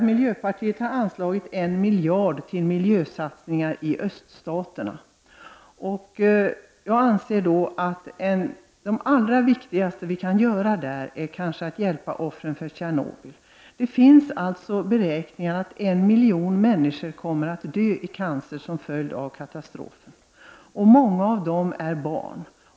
Miljöpartiet har anslagit 1 miljard kronor till miljösatsningar i öststaterna. Jag anser att det viktigaste vi kan göra där är att hjälpa offren för Tjernobylkatastrofen. Det finns beräkningar som visar att en miljon människor kommer att dö i cancer som en följd av denna katastrof. Många av dem är barn.